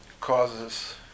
causes